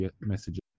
messages